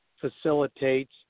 facilitates